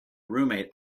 roommate